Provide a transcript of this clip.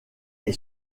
est